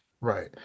Right